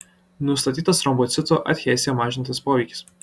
nustatytas trombocitų adheziją mažinantis poveikis